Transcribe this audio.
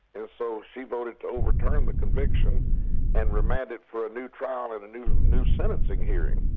and so she voted to overturn the conviction and remand it for a new trial in a new new sentencing hearing.